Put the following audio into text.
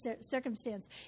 circumstance